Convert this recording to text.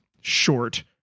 short